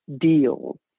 deals